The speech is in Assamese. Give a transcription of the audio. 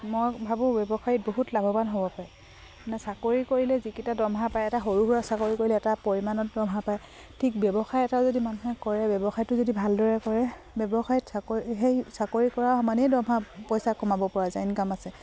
মই ভাবোঁ ব্যৱসায়ত বহুত লাভৱান হ'ব পাৰে চাকৰি কৰিলে যিকেইটা দৰমহা পায় এটা সৰু সুৰা চাকৰি কৰিলে এটা পৰিমাণত দৰমহা পায় ঠিক ব্যৱসায় এটা যদি মানুহে কৰে ব্যৱসায়টো যদি ভালদৰে কৰে ব্যৱসায়ত চাকৰি সেই চাকৰি কৰা মানেই দৰমহা পইচা কমাব পৰা যায় ইনকাম আছে